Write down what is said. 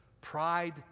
Pride